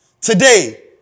Today